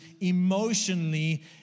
emotionally